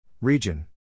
Region